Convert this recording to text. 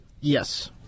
Yes